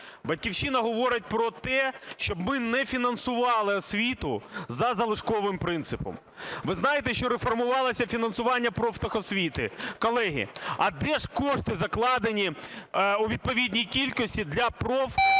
"Батьківщина" говорить про те, щоб ми не фінансували освіту за залишковим принципом. Ви знаєте, що реформувалося фінансування профтехосвіти? Колеги, а де ж кошти закладені у відповідній кількості для профтехосвіти?